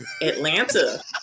Atlanta